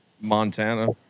Montana